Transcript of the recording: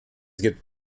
gibt